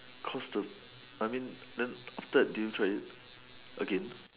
cause the I mean after that do you try it again